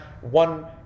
one